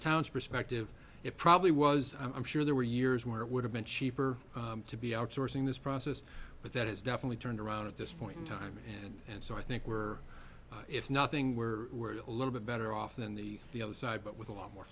towns perspective it probably was i'm sure there were years where it would have been cheaper to be outsourcing this process but that is definitely turned around at this point in time and and so i think we're if nothing were a little bit better off than the the other side but with a lot more